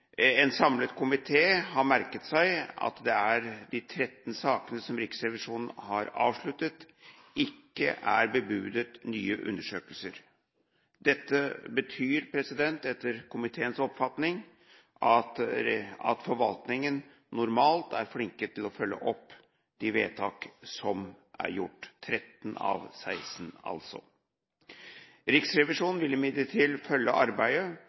En samlet komité har merket seg at det i de 13 sakene som Riksrevisjonen har avsluttet, ikke er bebudet nye undersøkelser. Dette betyr, etter komiteens oppfatning, at forvaltningen normalt er flinke til å følge opp de vedtak som er gjort – altså 13 av 16 saker. Riksrevisjonen vil imidlertid følge arbeidet